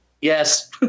Yes